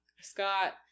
scott